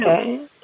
Okay